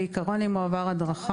בעיקרון אם הוא עבר הדרכה